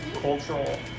cultural